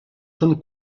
són